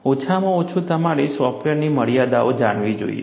ઓછામાં ઓછું તમારે સોફ્ટવેરની મર્યાદાઓ જાણવી જોઈએ